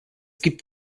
gibt